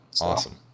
Awesome